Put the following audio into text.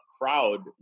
crowd